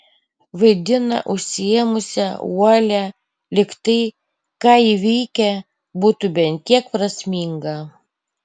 vaidina užsiėmusią uolią lyg tai ką ji veikia būtų bent kiek prasminga